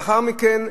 לאחר מכן,